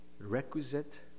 requisite